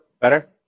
Better